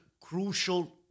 crucial